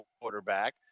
quarterback